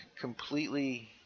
completely